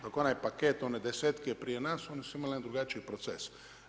Dok onaj paket one desetke prije nas oni su imali jedan drugačiji proces.